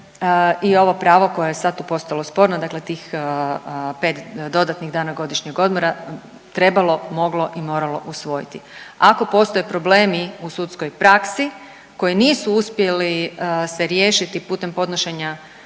i ovo pravo koje je sad tu postalo sporno, dakle tih 5 dodatnih dana godišnjeg odmora, trebalo, moglo i moralo usvojiti. Ako postoje problemi u sudskoj praksi koji nisu uspjeli se riješiti putem podnošenja